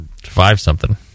five-something